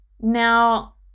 Now